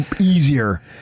easier